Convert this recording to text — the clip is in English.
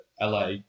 LA